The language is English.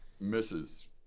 misses